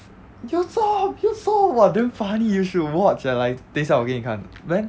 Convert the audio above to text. yusof yusof !wah! damn funny you should watch eh like 等一下我给你看 but then